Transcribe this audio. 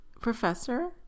professor